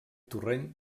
torrent